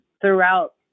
throughout